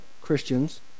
Christians